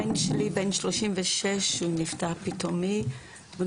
הבן שלי נפטר באופן פתאומי כשהוא היה בן